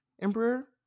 emperor